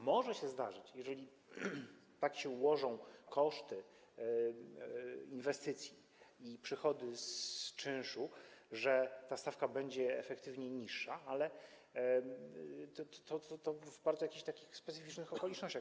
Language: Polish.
Może się zdarzyć, jeżeli tak się ułożą koszty inwestycji i przychody z czynszu, że ta stawka będzie efektywnie niższa, ale to w bardzo jakichś takich specyficznych okolicznościach.